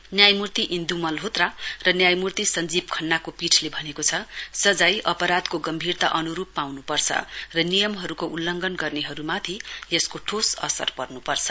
न्यायमूर्ति इन्दु मलहोत्रा र न्यायमूर्ति सञ्जीब खन्नाको पीठले भनेको छ सजाय अपराधको गम्भीरता अनुरुप पाउनुपर्छ र नियमहरुको उल्लंघन गर्नेहरुमाथि यसको ठोस असर पर्नुपर्छ